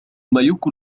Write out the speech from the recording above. مايوكو